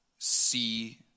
see